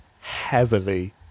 heavily